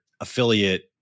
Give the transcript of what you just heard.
affiliate